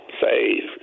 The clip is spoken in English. say